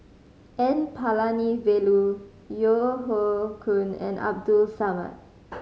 N Palanivelu Yeo Hoe Koon and Abdul Samad